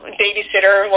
babysitter